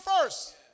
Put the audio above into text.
first